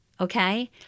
Okay